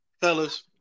fellas